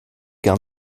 gar